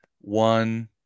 one